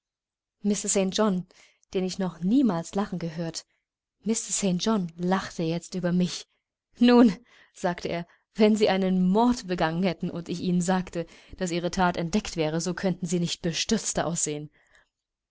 john den ich noch niemals lachen gehört mr st john lachte jetzt über mich nun sagte er wenn sie einen mord begangen hätten und ich ihnen sagte daß ihre that entdeckt wäre so könnten sie nicht bestürzter aussehen